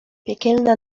piekielna